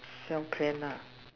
some plan lah